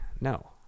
No